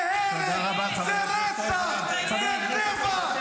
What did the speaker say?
זה הרס, זה רצח, תודה רבה, חבר הכנסת